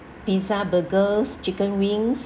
pizza burgers chicken wings